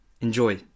Enjoy